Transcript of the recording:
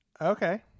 Okay